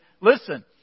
listen